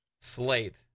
slate